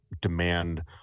demand